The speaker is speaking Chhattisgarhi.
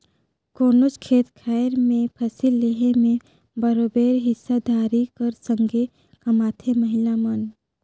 कोनोच खेत खाएर में फसिल लेहे में बरोबेर हिस्सादारी कर संघे कमाथें महिला मन